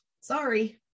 Sorry